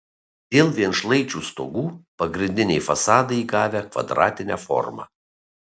dėl vienšlaičių stogų pagrindiniai fasadai įgavę kvadratinę formą